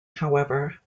however